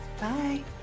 Bye